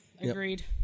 Agreed